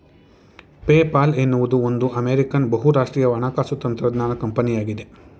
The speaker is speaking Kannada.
ಪೇಪಾಲ್ ಎನ್ನುವುದು ಒಂದು ಅಮೇರಿಕಾನ್ ಬಹುರಾಷ್ಟ್ರೀಯ ಹಣಕಾಸು ತಂತ್ರಜ್ಞಾನ ಕಂಪನಿಯಾಗಿದೆ